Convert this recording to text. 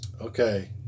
okay